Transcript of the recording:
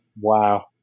wow